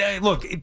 look